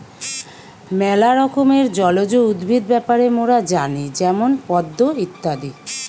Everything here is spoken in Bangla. ম্যালা রকমের জলজ উদ্ভিদ ব্যাপারে মোরা জানি যেমন পদ্ম ইত্যাদি